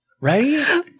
Right